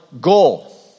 goal